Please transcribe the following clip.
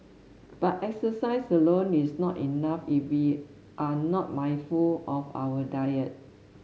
but exercise alone is not enough if we are not mindful of our diet